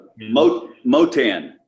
Motan